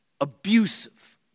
abusive